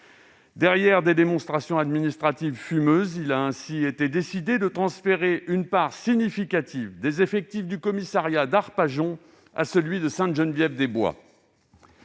derrière des démonstrations administratives fumeuses, on a décidé de transférer une part significative des effectifs du commissariat d'Arpajon à celui de Sainte-Geneviève-des-Bois.